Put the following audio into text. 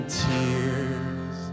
tears